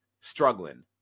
struggling